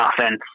offense